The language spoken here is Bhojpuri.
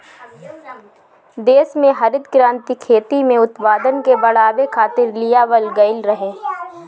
देस में हरित क्रांति खेती में उत्पादन के बढ़ावे खातिर लियावल गईल रहे